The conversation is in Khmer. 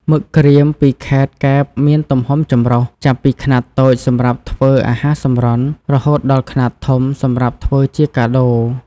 មឹកក្រៀមពីខេត្តកែបមានទំហំចម្រុះ ចាប់ពីខ្នាតតូចសម្រាប់ធ្វើអាហារសម្រន់ រហូតដល់ខ្នាតធំសម្រាប់ធ្វើជាកាដូ។